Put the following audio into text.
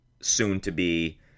soon-to-be